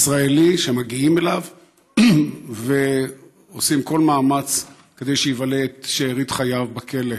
שמגיעים אליו ועושים כל מאמץ כדי שיבלה את שארית חייו בכלא.